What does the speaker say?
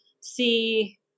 see